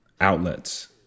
outlets